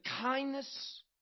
kindness